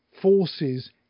forces